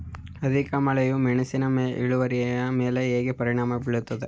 ಅಧಿಕ ಮಳೆಯು ಮೆಣಸಿನ ಇಳುವರಿಯ ಮೇಲೆ ಹೇಗೆ ಪರಿಣಾಮ ಬೀರುತ್ತದೆ?